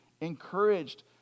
encouraged